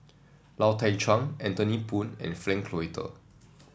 Lau Teng Chuan Anthony Poon and Frank Cloutier